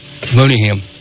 Mooneyham